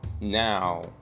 now